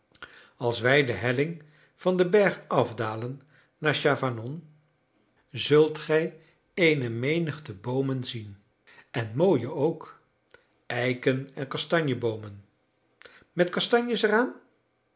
als wij de helling van den berg afdalen naar chavanon zult gij eene menigte boomen zien en mooie ook eiken en kastanjeboomen met kastanjes er